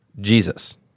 Jesus